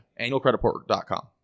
Annualcreditreport.com